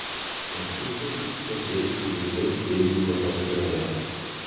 konkursas vyksta delfi veidai feisbuko paskyroje